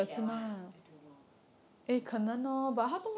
that one ah I don't know